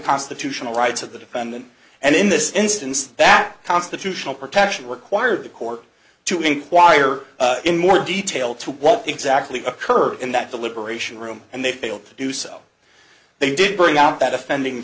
constitutional rights of the defendant and in this instance that constitutional protection required the court to inquire in more detail to what exactly occurred in that deliberation room and they failed to do so they did bring out that offending